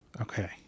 Okay